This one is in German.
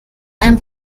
einem